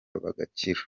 bagakira